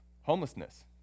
homelessness